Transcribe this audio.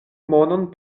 monon